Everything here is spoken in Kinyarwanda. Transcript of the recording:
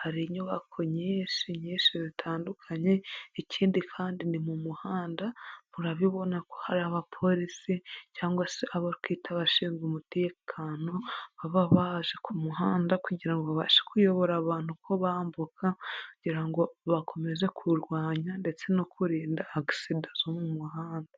hari inyubako nyinshi nyinshi zitandukanye ikindi kandi ni mu muhanda murabibona ko hari abapolisi cyangwa se abo twita abashinzwe umutekano baba baje ku muhanda kugira ngo babashe kuyobora abantu ko bambuka kugira ngo bakomeze ku rwanya ndetse no kurinda agisida zo mu muhanda.